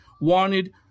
wanted